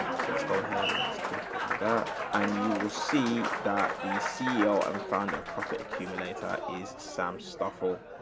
so let's go ahead and let's click on that. and you will see that the ceo and founder of profit accumulator is some stuff or,